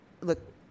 look